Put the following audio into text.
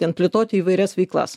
ten plėtoti įvairias veiklas